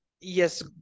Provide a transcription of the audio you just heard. Yes